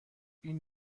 این